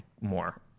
more